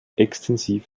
extensiv